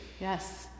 Yes